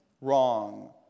wrong